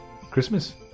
Christmas